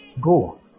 Go